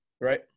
Right